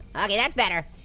okay, that's better.